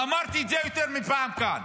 ואמרתי את זה יותר מפעם כאן.